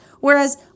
Whereas